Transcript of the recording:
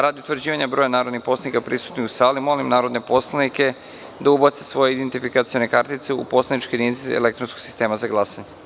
Radi utvrđivanja broja narodnih poslanika prisutnih u sali, molim narodne poslanike da ubace svoje identifikacione kartice u poslaničke jedinice elektronskog sistema za glasanje.